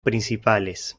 principales